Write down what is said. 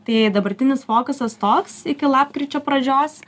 tai dabartinis fokusas toks iki lapkričio pradžios